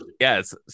Yes